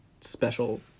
special